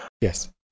Yes